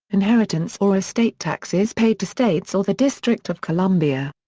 inheritance or estate taxes paid to states or the district of columbia.